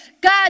God